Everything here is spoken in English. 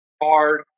Hard